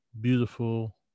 beautiful